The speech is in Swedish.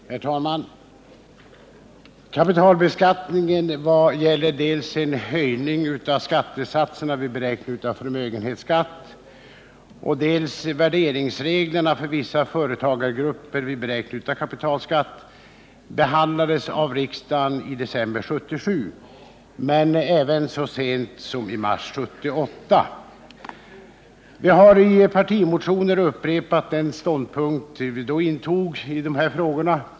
Herr talman! Kapitalbeskattningen vad gäller dels en höjning av skattesatserna vid beräkning av förmögenhetsskatt, dels värderingsreglerna för vissa företagargrupper vid beräkning av kapitalskatt behandlades av riksdagen i december 1977 men även så sent som i mars 1978. Vi har i partimotioner upprepat den ståndpunkt vi då intog i dessa frågor.